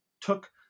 took